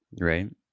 Right